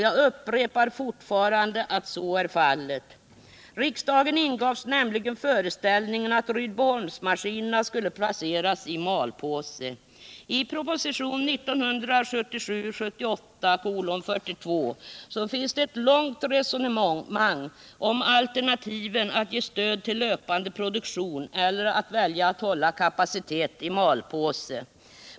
Jag upprepar fortfarande att så är fallet. Riksdagen ingavs nämligen föreställningen att Rydboholmsmaskinerna skulle placeras i malpåse. I propositionen 1977/78:42 finns ett långt resonemang om alternativen att ge stöd till löpande produktion eller att välja att hålla kapacitet i malpåse.